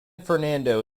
fernando